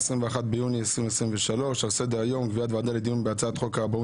21 ביוני 2023. על סדר-היום: קביעת ועדה לדיון בהצעת חוק הרבנות